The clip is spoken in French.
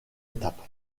étapes